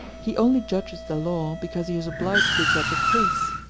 he only judges the law because he is obliged to judge case.